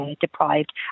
deprived